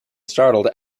startled